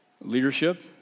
leadership